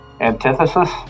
Antithesis